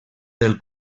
del